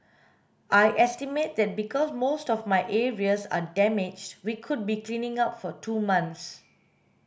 I estimate that because most of my areas are damaged we could be cleaning up for two months